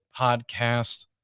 podcast